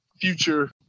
future